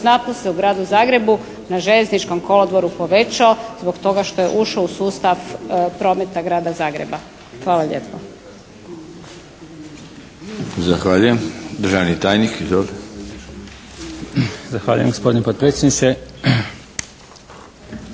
se u gradu Zagrebu na Željezničkom kolodvoru povećao zbog toga što je ušao u sustav prometa grada Zagreba. Hvala lijepa. **Milinović, Darko (HDZ)** Zahvaljujem. Državni tajnik,